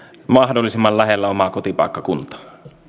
mahdollisimman lähellä omaa kotipaikkakuntaa